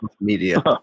media